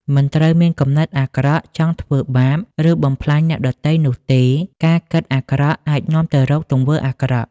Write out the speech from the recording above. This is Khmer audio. មិនត្រូវមានគំនិតអាក្រក់ ចង់ធ្វើបាប ឬបំផ្លាញអ្នកដទៃនោះទេ ការគិតអាក្រក់អាចនាំទៅរកទង្វើអាក្រក់។